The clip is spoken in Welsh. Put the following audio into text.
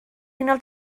unol